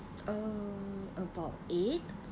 uh about eight